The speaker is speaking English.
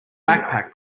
backpack